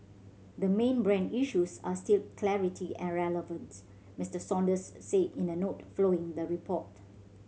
the main brand issues are still clarity and relevant Mister Saunders said in a note following the report